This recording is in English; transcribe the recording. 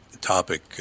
topic